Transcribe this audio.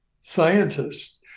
scientists